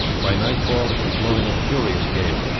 by nightfall it was blowing a furious gale.